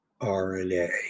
RNA